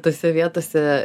tose vietose